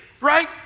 right